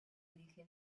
dirige